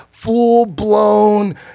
full-blown